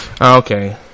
Okay